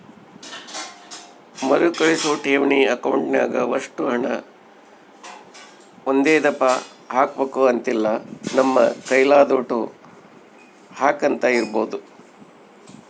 ಮರುಕಳಿಸೋ ಠೇವಣಿ ಅಕೌಂಟ್ನಾಗ ಒಷ್ಟು ಹಣ ಒಂದೇದಪ್ಪ ಹಾಕ್ಬಕು ಅಂತಿಲ್ಲ, ನಮ್ ಕೈಲಾದೋಟು ಹಾಕ್ಯಂತ ಇರ್ಬೋದು